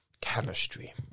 chemistry